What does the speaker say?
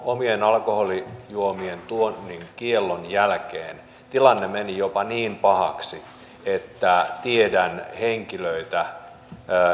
omien alkoholijuomien tuonnin kiellon jälkeen tilanne meni jopa niin pahaksi että tiedän henkilöitä